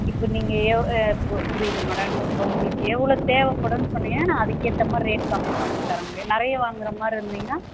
இப்போ நீங்கள் எவ் இப்போ புரியுது மேடம் இன்னும் இப்போ உங்களுக்கு எவ்வளோ தேவைப்படுன்னு சொன்னீங்கன்னால் நான் அதுக்கேற்ற மாதிரி ரேட் கம்மி பண்ணி தர முடியும் நிறைய வாங்குகிற மாதிரி இருந்தீங்கன்னால்